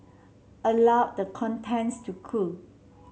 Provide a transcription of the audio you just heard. allow the contents to cool